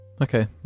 Okay